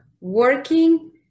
working